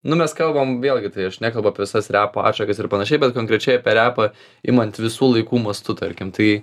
nu mes kalbam vėlgi tai aš nekalbu apie visas repo atšakas ir panašiai bet konkrečiai apie repą imant visų laikų mastu tarkim tai